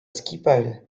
skipailh